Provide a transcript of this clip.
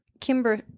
Kimber